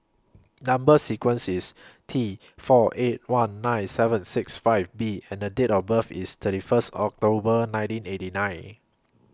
Number sequence IS T four eight one nine seven six five B and Date of birth IS thirty First October nineteen eighty nine